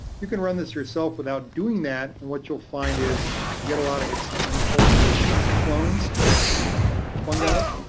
you can run this yourself without doing that and what you'll find is you get a lot of hits to the uncultured clones of fungi.